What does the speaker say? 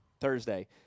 Thursday